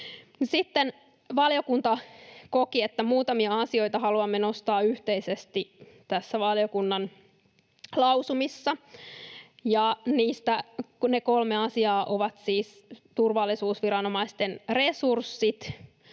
Valiokunta koki, että muutamia asioita haluamme nostaa yhteisesti näissä valiokunnan lausumissa. Ne kolme asiaa ovat siis turvallisuusviranomaisten resurssit,